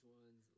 ones